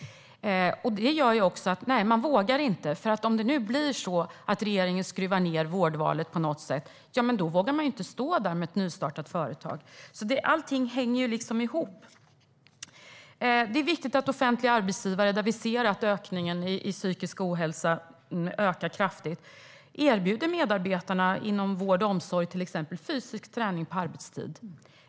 Det gör att man inte vågar. Om det nu blir så att regeringen skruvar ned vårdvalet på något sätt vågar man inte stå där med ett nystartat företag. Allting hänger liksom ihop. Det är viktigt att offentliga arbetsgivare - där vi ser att ökningen i psykisk ohälsa ökar kraftigt - erbjuder medarbetarna inom till exempel vård och omsorg fysisk träning på arbetstid.